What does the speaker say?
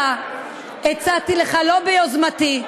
הצעתי לך, לא ביוזמתי,